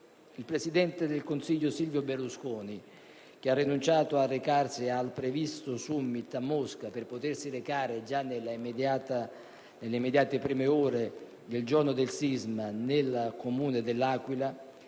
Il presidente del Consiglio Silvio Berlusconi, che ha rinunciato ad andare al previsto *summit* a Mosca per potersi recare già nelle primissime ore del giorno del sisma nel Comune dell'Aquila,